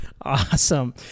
Awesome